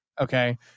Okay